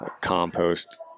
compost